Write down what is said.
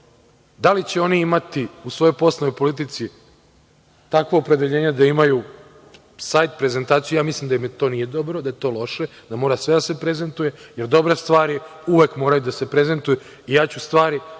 Da li će imati u svojoj poslovnoj politici takva opredeljenja da imaju sajt, prezentaciju, mislim da to nije dobro, da je to loše, da treba sve da se prezentuje, jer dobre stvari uvek treba da se prezentuju. Stvari